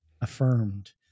affirmed